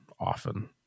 often